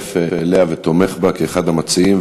מצטרף אליה ותומך בה כאחד המציעים.